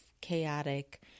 chaotic